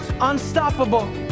unstoppable